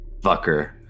fucker